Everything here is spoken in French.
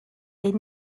est